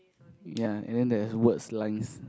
ya even that is word slangs